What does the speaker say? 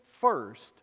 first